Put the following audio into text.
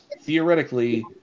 theoretically